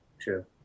True